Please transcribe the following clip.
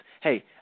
hey